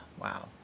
wow